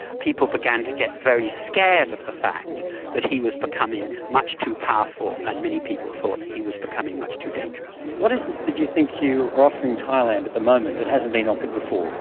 people began to get very scared of the fact that he was becoming much too powerful, and many people thought he was becoming much too dangerous. what is it that you think you are offering thailand at the moment, that hasn't been offered before?